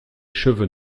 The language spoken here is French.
cheveux